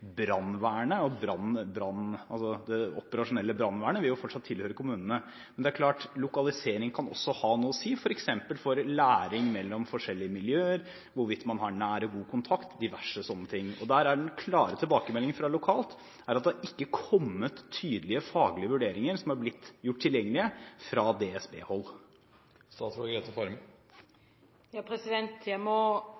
er klart at lokalisering kan også ha noe å si f.eks. for læring mellom forskjellige miljøer, hvorvidt man har nær og god kontakt, diverse sånne ting. Der er den klare tilbakemeldingen fra lokalt hold at det ikke har kommet tydelige faglige vurderinger som har blitt gjort tilgjengelige fra